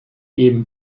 eben